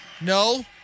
No